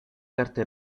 carte